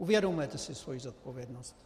Uvědomujete si svoji zodpovědnost?